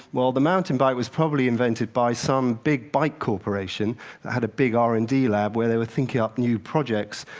well, the mountain bike was probably invented by some big bike corporation that had a big r and d lab where they were thinking up new projects,